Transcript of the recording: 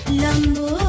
Lambo